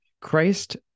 Christ